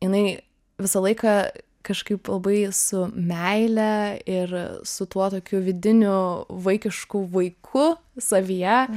jinai visą laiką kažkaip labai su meile ir su tuo tokiu vidiniu vaikišku vaiku savyje